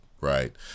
right